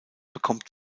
bekommt